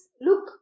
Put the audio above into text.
look